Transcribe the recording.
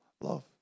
love